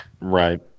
right